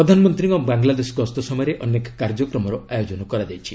ପ୍ରଧାନମନ୍ତ୍ରୀଙ୍କ ବାଙ୍ଗଲାଦେଶ ଗସ୍ତ ସମୟରେ ଅନେକ କାର୍ଯ୍ୟକ୍ରମର ଆୟୋଜନ କରାଯାଇଛି